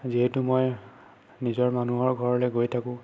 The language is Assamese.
যিহেতু মই নিজৰ মানুহৰ ঘৰলৈ গৈ থাকো